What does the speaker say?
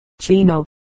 Chino